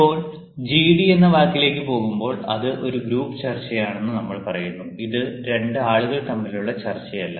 ഇപ്പോൾ ജിഡി എന്ന വാക്കിലേക്ക് പോകുമ്പോൾ അത് ഒരു ഗ്രൂപ്പ് ചർച്ചയാണെന്ന് നമ്മൾ പറയുന്നു ഇത് രണ്ട് ആളുകൾ തമ്മിലുള്ള ചർച്ചയല്ല